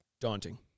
daunting